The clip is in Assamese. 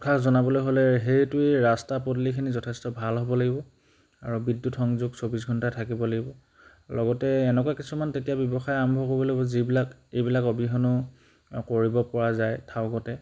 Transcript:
উৎসাহ জনাবলৈ হ'লে সেইটোৱেই ৰাস্তা পদূলিখিনি যথেষ্ট ভাল হ'ব লাগিব আৰু বিদ্যুৎ সংযোগ চৌব্বিছ ঘণ্টা থাকিব লাগিব লগতে এনেকুৱা কিছুমান তেতিয়া ব্যৱসায় আৰম্ভ কৰিব লাগিব যিবিলাক এইবিলাক অবিহনেও কৰিব পৰা যায় থাউকতে